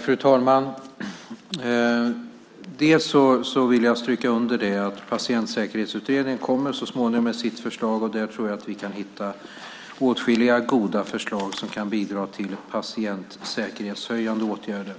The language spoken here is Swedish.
Fru talman! Jag vill stryka under att Patientsäkerhetsutredningen så småningom kommer med sitt förslag, och där tror jag att vi kan hitta åtskilliga förslag som kan bidra till patientsäkerhetshöjande åtgärder.